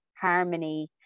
harmony